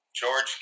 George